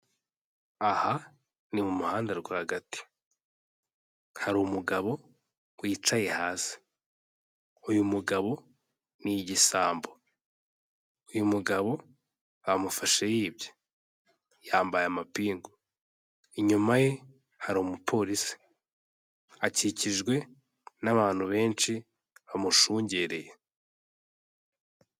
Aha ni mu muhanda rwagati hari umugabo wicaye hasi, uyu mugabo ni igisambo, uyu mugabo bamufashe yibye, yambaye amapingu inyuma ye hari umuporisi akikijwe n'abantu benshi bamushungereye.